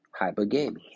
hypergamy